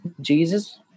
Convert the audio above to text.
jesus